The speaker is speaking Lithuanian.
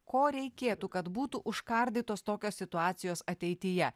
ko reikėtų kad būtų užkardytos tokios situacijos ateityje